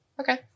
Okay